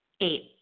eight